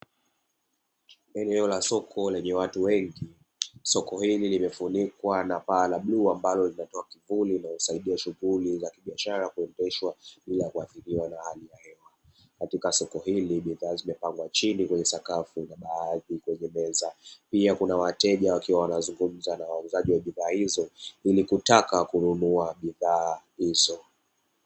Eneo la soko lenye watu wengi, soko hili limefunikwa na paa la bluu ambalo linatoa kivuli na husaidia shughuli ya biashara kuendeshwa bila kuathiriwa na hali ya hewa. Katika soko hili bidhaa zimepangwa chini kwenye sakafu na baadhi kwenye meza, pia wateja wakiwa wanazungumza na wauzaji wa bidhaa hizo, ili kutaka kununua bidhaa hizo.